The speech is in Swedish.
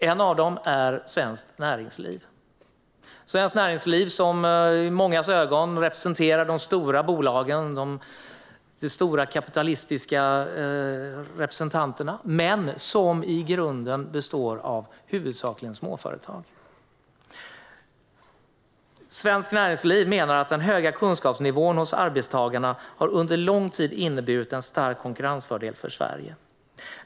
En av dem är Svenskt Näringsliv, som i mångas ögon representerar de stora bolagen och de stora kapitalistiska representanterna, men som i grunden huvudsakligen består av småföretag. Svenskt Näringsliv menar att den höga kunskapsnivån hos arbetstagarna under lång tid har inneburit en stark konkurrensfördel för Sverige.